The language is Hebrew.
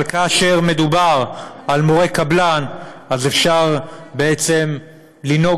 אבל כאשר מדובר על מורי קבלן אפשר בעצם לנהוג